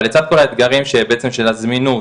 אבל לצד כל האתגרים בעצם של הזמינות,